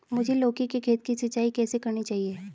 मुझे लौकी के खेत की सिंचाई कैसे करनी चाहिए?